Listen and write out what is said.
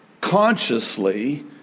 consciously